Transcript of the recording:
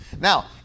Now